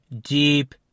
deep